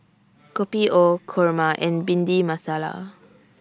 Kopi O Kurma and Bhindi Masala